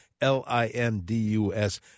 L-I-N-D-U-S